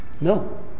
No